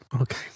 Okay